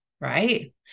right